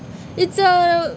it's a